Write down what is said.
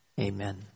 Amen